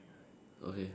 okay